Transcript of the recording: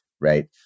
right